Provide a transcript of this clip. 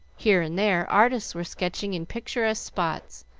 here and there artists were sketching in picturesque spots,